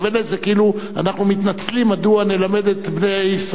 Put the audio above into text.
כאילו אנחנו מתנצלים מדוע נלמד את בני ישראל.